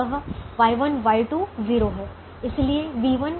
अतः Y1 Y2 0 हैं